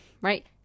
right